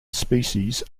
species